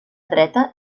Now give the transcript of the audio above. dreta